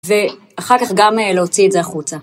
‫ואחר כך גם להוציא את זה החוצה.